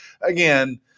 Again